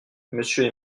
monsieur